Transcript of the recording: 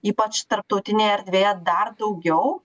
ypač tarptautinėje erdvėje dar daugiau